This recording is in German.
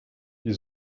die